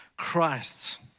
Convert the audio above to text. Christ